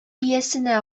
иясенә